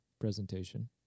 presentation